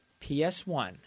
PS1